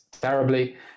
terribly